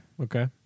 Okay